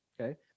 okay